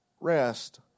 Rest